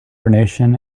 hibernation